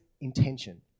intention